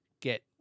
get